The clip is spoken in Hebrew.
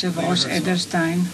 היושב-ראש אדלשטיין,